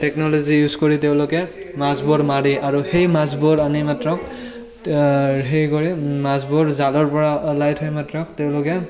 technology use কৰি তেওঁলোকে মাছবোৰ মাৰি আৰু সেই মাছবোৰ আনি মাত্ৰ সেই কৰে মাছবোৰ জালৰ পৰা ওলাই থৈ মাত্ৰ তেওঁলোকে